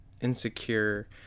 insecure